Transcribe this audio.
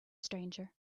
stranger